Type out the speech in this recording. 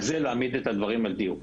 זה כדי להעמיד את הדברים על דיוקם.